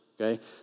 Okay